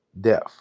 Death